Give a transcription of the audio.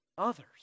others